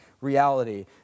reality